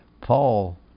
Paul